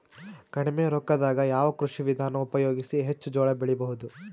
ಕಡಿಮಿ ರೊಕ್ಕದಾಗ ಯಾವ ಕೃಷಿ ವಿಧಾನ ಉಪಯೋಗಿಸಿ ಹೆಚ್ಚ ಜೋಳ ಬೆಳಿ ಬಹುದ?